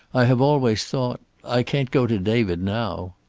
i have always thought i can't go to david now.